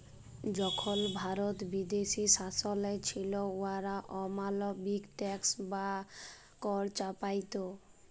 যখল ভারত বিদেশী শাসলে ছিল, উয়ারা অমালবিক ট্যাক্স বা কর চাপাইত